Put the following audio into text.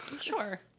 Sure